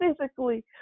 physically